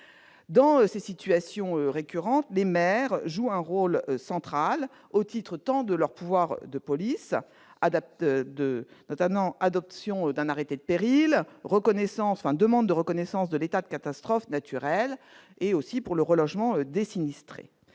à ces situations récurrentes, les maires jouent un rôle central, au titre tant de leur pouvoir de police, notamment par l'adoption d'un arrêté de péril ou la demande de reconnaissance de l'état de catastrophe naturelle, que du relogement des sinistrés.